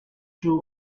two